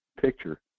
picture